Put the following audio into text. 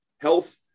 health